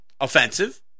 offensive